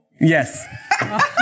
Yes